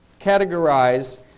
categorize